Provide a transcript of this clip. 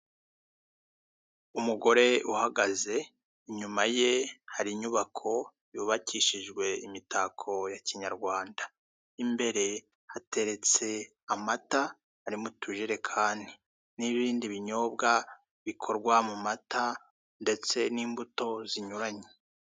Umugore uhagaze, inyuma ye hari inyubako yubakishijwe imitako ya kinyarwanda. Imbere hateretse amata ari mu tujerekani n'ibindi binyobwa bikorwa mu mata ndetse n'imbuto zinyuranye.